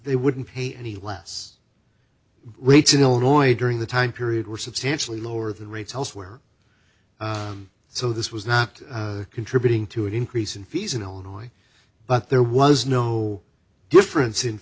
they wouldn't pay any less rates in illinois during the time period we're substantially lower the rates elsewhere so this was not contributing to an increase in fees in illinois but there was no difference in